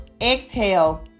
exhale